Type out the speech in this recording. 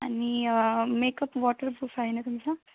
आणि makeup waterproof आहे ना तुमचा